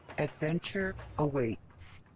adventure awaits!